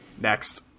Next